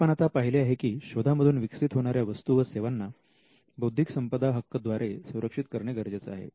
हे आपण आता पहिले आहे की शोधामधून विकसित होणाऱ्या वस्तू व सेवांना बौद्धिक संपदा हक्क द्वारे संरक्षित करणे गरजेचे आहे